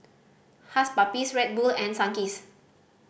Hush Puppies Red Bull and Sunkist